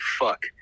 fuck